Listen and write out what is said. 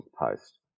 post